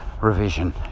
revision